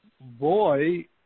boy